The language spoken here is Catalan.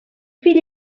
filla